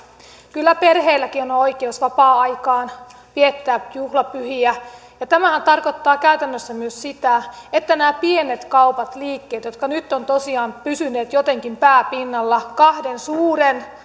kyllä perheilläkin on on oikeus vapaa aikaan oikeus viettää juhlapyhiä ja tämähän tarkoittaa käytännössä myös sitä että nämä pienet kaupat liikkeet jotka nyt ovat tosiaan pysyneet jotenkin pää pinnalla kahden suuren